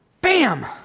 bam